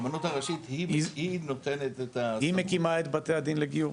הרבנות הראשית היא נותנת את --- היא מקימה את בתי הדין לגיור.